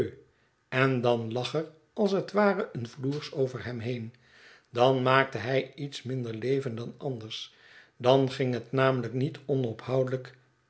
en dan lag er als het ware een floers over hem heen dan maakte hij iets minder leven dan anders dan ging het namelijk niet onophoudelijk